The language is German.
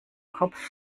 kopf